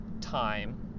time